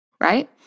right